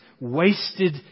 wasted